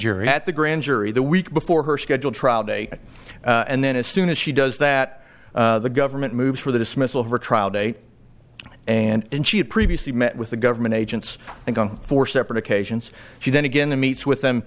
jury at the grand jury the week before her scheduled trial date and then as soon as she does that the government moves for the dismissal of her trial date and she had previously met with the government agents and on four separate occasions she then again the meets with them